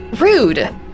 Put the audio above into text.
Rude